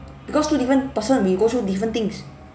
because two different person we go through different things